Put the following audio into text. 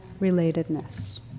relatedness